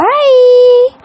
Bye